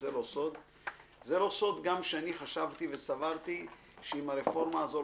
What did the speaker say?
זה גם לא סוד שחשבתי וסברתי שאם הרפורמה הזו